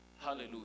Hallelujah